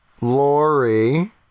Lori